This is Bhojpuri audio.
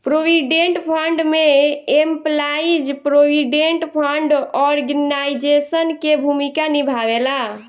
प्रोविडेंट फंड में एम्पलाइज प्रोविडेंट फंड ऑर्गेनाइजेशन के भूमिका निभावेला